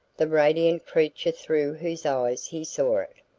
the radiant creature through whose eyes he saw it.